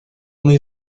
muy